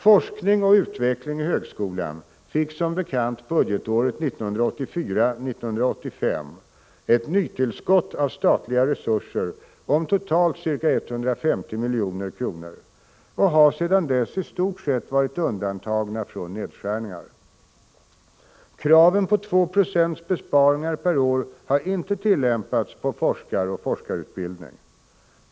Forskning och utveckling i högskolan fick som bekant budgetåret 1984/85 ett nytillskott av statliga resurser om totalt ca 150 milj.kr. Området har sedan dess i stort sett varit undantaget från nedskärningar. Kraven på 2 90 besparingar per år har inte tillämpats på forskare och forskarutbildning.